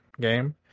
game